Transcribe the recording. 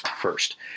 first